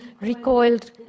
recoiled